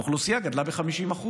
האוכלוסייה גדלה ב-50%.